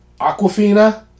Aquafina